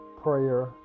prayer